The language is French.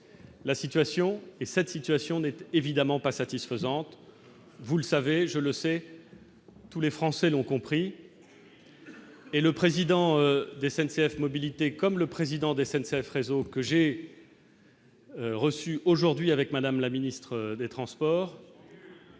la situation et cette situation n'était évidemment pas satisfaisante, vous le savez, je le sais, tous les Français l'ont compris et le président d'SNCF Mobilités comme le président d'SNCF réseau que j'ai reçu aujourd'hui avec madame la ministre des Transports.